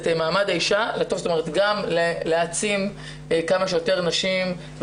מעמד האישה - גם להעצים כמה שיותר נשים,